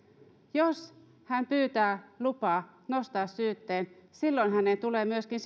jos hän pyytää lupaa nostaa syyte silloin hänen tulee myöskin